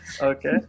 Okay